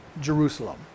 Jerusalem